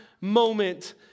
moment